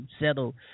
settle